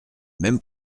même